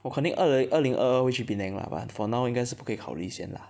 我肯定二零二零二二会去 Penang lah but for now 应该是不可以考虑先 lah